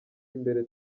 imbere